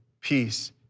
peace